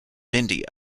india